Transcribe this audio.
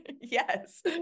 Yes